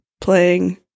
playing